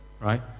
Right